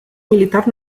militar